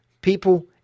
People